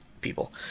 people